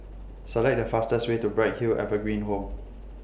Select The fastest Way to Bright Hill Evergreen Home